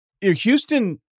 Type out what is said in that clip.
Houston